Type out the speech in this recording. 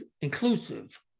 inclusive